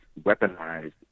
weaponized